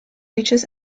reaches